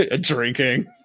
Drinking